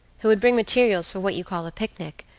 who would bring materials for what you call a picnic,